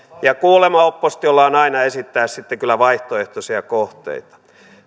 ja kuulemma oppositiolla on aina esittää sitten kyllä vaihtoehtoisia kohteita